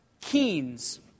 Keen's